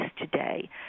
today